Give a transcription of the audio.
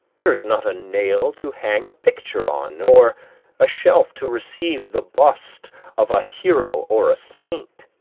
there is not a nail to hang a picture on, nor a shelf to receive the bust of a hero or a saint.